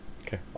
Okay